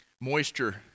Moisture